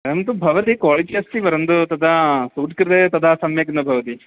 भवति क्वालिटि अस्ति परन्तु तथा सूट् कृते तथा सम्यक् न भवति